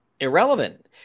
irrelevant